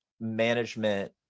management